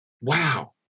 wow